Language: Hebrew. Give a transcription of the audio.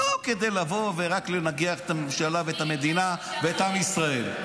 לא כדי לבוא ורק לנגח את הממשלה ואת המדינה ואת עם ישראל,